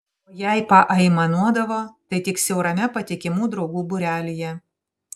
o jei paaimanuodavo tai tik siaurame patikimų draugų būrelyje